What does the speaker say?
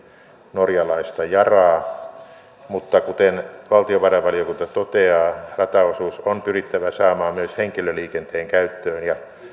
norjalaista yaraa mutta kuten valtiovarainvaliokunta toteaa rataosuus on pyrittävä saamaan myös henkilöliikenteen käyttöön ja